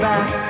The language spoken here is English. Back